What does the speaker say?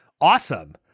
awesome